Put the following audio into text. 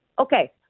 Okay